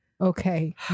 okay